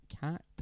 Cat